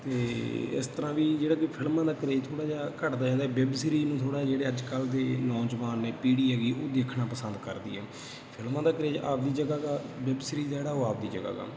ਅਤੇ ਇਸ ਤਰ੍ਹਾਂ ਵੀ ਜਿਹੜਾ ਕੋਈ ਫਿਲਮਾਂ ਦਾ ਕਰੇਜ ਥੋੜ੍ਹਾ ਜਿਹਾ ਘੱਟਦਾ ਜਾਂਦਾ ਵੈਬ ਸੀਰੀਜ਼ ਨੂੰ ਥੋੜ੍ਹਾ ਜਿਹੜੇ ਅੱਜ ਕੱਲ੍ਹ ਦੇ ਨੌਜਵਾਨ ਨੇ ਪੀੜ੍ਹੀ ਹੈਗੀ ਉਹ ਦੇਖਣਾ ਪਸੰਦ ਕਰਦੀ ਆ ਫਿਲਮਾਂ ਦਾ ਕਰੇਜ ਆਪਦੀ ਜਗ੍ਹਾ ਗਾ ਵੈਬ ਸੀਰੀਜ਼ ਦਾ ਜਿਹੜਾ ਉਹ ਆਪ ਦੀ ਜਗ੍ਹਾ ਗਾ